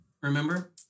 remember